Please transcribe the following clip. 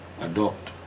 adopt